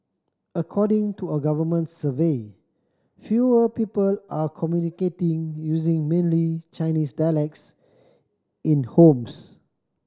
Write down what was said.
according to a government survey fewer people are communicating using mainly Chinese dialects in homes